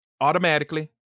Automatically